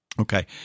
Okay